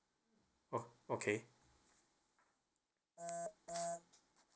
o~ okay